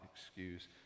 excuse